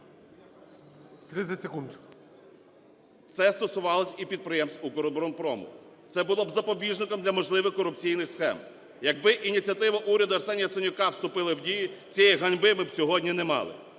Це стосувалося і підприємств "Укроборонпрому". Це було б запобіжником для можливих корупційних схем. Якби ініціативи уряду Арсенія Яценюка вступили в дію, цієї ганьби ми б сьогодні не мали.